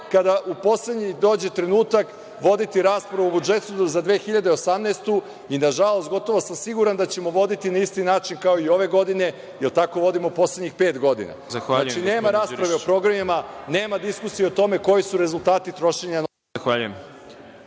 kada dođe poslednji trenutak voditi raspravu o budžetu za 2018. godinu, i nažalost, gotovo sam siguran da ćemo voditi na isti način kao i ove godine, jer tako vodimo poslednjih pet godina. Znači, nema rasprave o programima, nema diskusije o tome koji su rezultati trošenja novca.